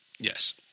Yes